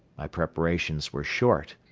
my preparations were short.